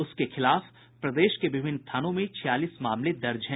उसके खिलाफ प्रदेश के विभिन्न थानों में छियालीस मामले दर्ज हैं